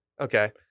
Okay